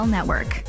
Network